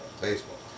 baseball